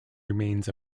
remains